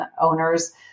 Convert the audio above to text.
owners